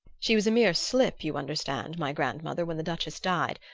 she was a mere slip, you understand, my grandmother, when the duchess died,